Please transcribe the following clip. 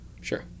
Sure